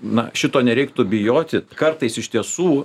na šito nereiktų bijoti kartais iš tiesų